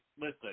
listen